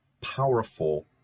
powerful